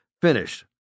finish